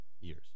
years